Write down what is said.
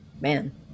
man